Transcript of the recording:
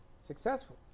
successful